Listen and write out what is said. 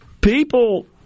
people